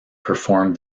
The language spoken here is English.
performed